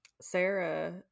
Sarah